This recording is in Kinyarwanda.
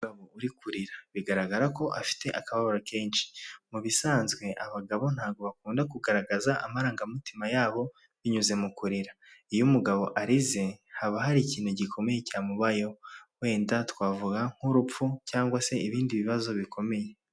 Umugabo uri kurira bigaragara ko afite akababaro kenshi mu bisanzwe abagabo ntabwo bakunda kugaragaza amarangamutima yabo binyuze mu kurira, iyo umugabo arize haba hari ikintu gikomeye cyamubayeho wenda twavuga nk'urupfu cyangwa se ibindi bibazo bikomeye.